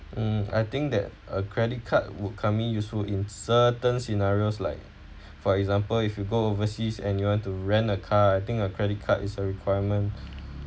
um I think that a credit card will come in useful in certain scenarios like for example if you go overseas and you want to rent a car I think a credit card is a requirement